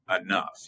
enough